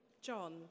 John